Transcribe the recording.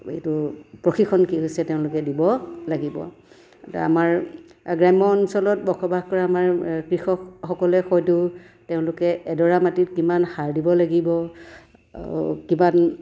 এইটো প্ৰশিক্ষণ কি হৈছে তেওঁলোকে দিব লাগিব আমাৰ গ্ৰাম্য অঞ্চলত বসবাস কৰা আমাৰ কৃষকসকলে হয়তো তেওঁলোকে এডৰা মাটিত কিমান সাৰ দিব লাগিব কিমান